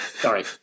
Sorry